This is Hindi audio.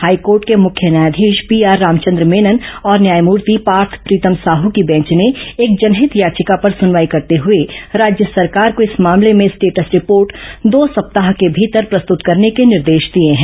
हाईकोर्ट के मुख्य न्यायाधीश पीआर रामचंद्र मेनन और न्यायमूर्ति पाथ प्रीतम साहू की बेंच ने एक जनहित याचिका पर सुनवाई करते हुए राज्य सरकार को इस मामले में स्टेटस रिपोर्ट दो सप्ताह के भीतर प्रस्तृत करने के निर्देश दिए हैं